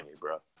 bro